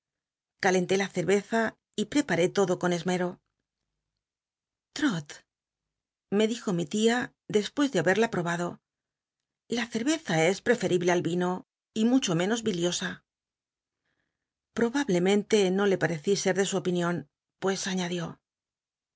la ce ycza y t ieparé lodo con esmero trot me dijo mi tia dcspues de habel'la jli'obado la cci'yeza es p cfel'iblc al vino y mucho menos biliosa probablemente no le parecí set de su opinion pues añadió